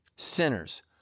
Sinners